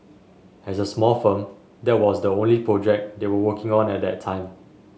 as a small firm that was the only project they were working on at the time